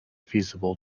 feasible